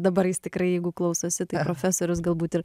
dabar jis tikrai jeigu klausosi tai profesorius galbūt ir